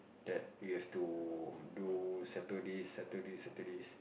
that you have to do settle this settle this settle this